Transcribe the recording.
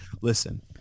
listen